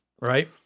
right